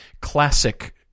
classic